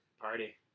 Party